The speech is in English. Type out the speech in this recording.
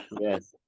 yes